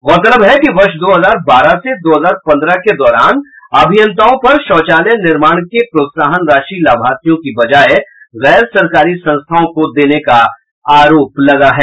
गौरतलब है कि वर्ष दो हजार बारह से दो हजार पंद्रह के दौरान अभियंताओं पर शौचालय निर्माण के प्रोत्साहन राशि लाभर्थियों की बजाय गैर सरकारी संस्थाओं को देने का आरोप लगा है